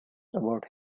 about